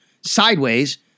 sideways